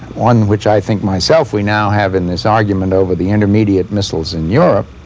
one which i think myself we now have in this argument over the intermediate missiles in europe,